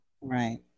Right